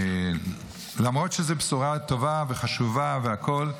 למרות שזו בשורה טובה וחשובה והכול,